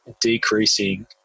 decreasing